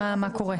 מה קורה?